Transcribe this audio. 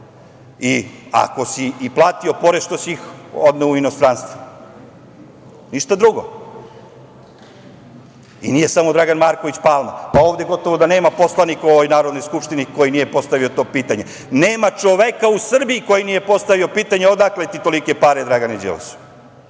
Ako si i platio porez, što si ih odneo u inostranstvo?“ Ništa drugo. Nije samo Dragan Marković Palma. Pa, ovde gotovo da nema poslanika u ovoj Narodnoj skupštini koji nije postavio to pitanje. Nema čoveka u Srbiji koji nije postavio pitanje – odakle ti tolike pare, Dragane Đilasu?